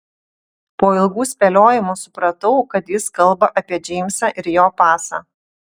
po ilgų spėliojimų supratau kad jis kalba apie džeimsą ir jo pasą